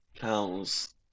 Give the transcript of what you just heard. cows